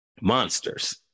monsters